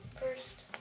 first